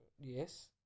Yes